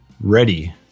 ready